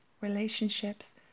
relationships